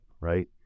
right